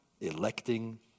electing